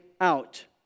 out